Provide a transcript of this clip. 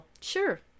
Sure